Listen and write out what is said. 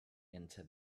into